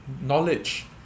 knowledge